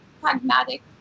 pragmatic